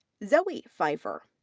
zoe pfeiffer.